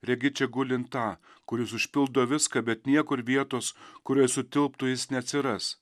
regi čia gulint tą kuris užpildo viską bet niekur vietos kurioj sutilptų jis neatsiras